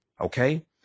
okay